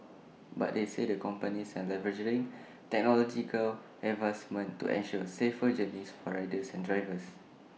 but they said the companies are leveraging technological advancements to ensure safer journeys for riders and drivers